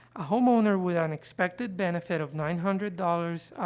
a homeowner with an expected benefit of nine hundred dollars